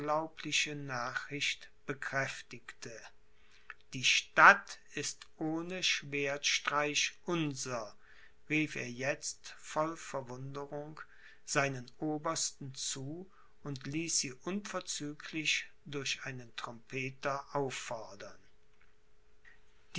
nachricht bekräftigte die stadt ist ohne schwertstreich unser rief er jetzt voll verwunderung seinen obersten zu und ließ sie unverzüglich durch einen trompeter auffordern